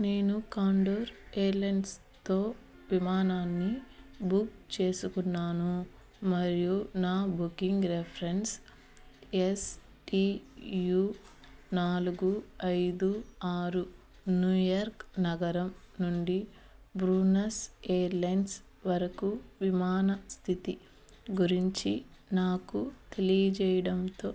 నేను కాండోర్ ఎయిర్లైన్స్తో విమానాన్ని బుక్ చేసుకున్నాను మరియు నా booking reference S T U నాలుగు ఐదు ఆరు న్యూయార్క్ నగరం నుండి బ్రూనస్ ఎయిర్లైన్స్ వరకు విమాన స్థితి గురించి నాకు తెలియజేయడంతో